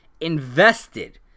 invested